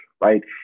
right